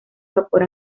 vapor